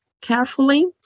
carefully